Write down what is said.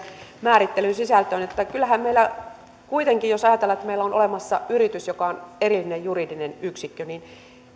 määrittelyn sisältöön kyllähän meillä kuitenkin jos ajatellaan että meillä on olemassa yritys joka on erillinen juridinen yksikkö